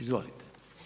Izvolite.